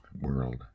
world